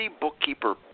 bookkeeper